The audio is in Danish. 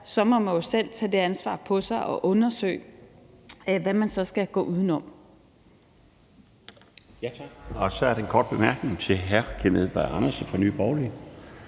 – må man jo selv tage det ansvar på sig og undersøge, hvad man så skal gå udenom.